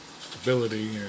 stability